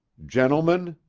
gentlemen,